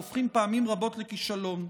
והם הופכים פעמים רבות לכישלון.